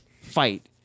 fight